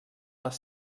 les